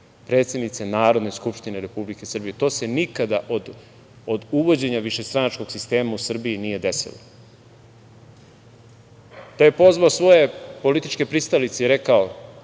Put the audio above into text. predsednice Narodne skupštine Republike Srbije. To se nikada od uvođenja višestranačkog sistema u Srbiji nije desilo. Da je pozvao svoje političke pristalice i rekao